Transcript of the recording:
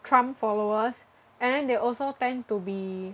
Trump followers and then they also tend to be